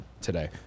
today